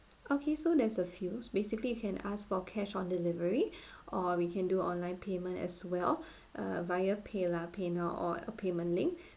okay so there's a few basically you can ask for cash on delivery or we can do online payment as well uh via paylah paynow or a payment link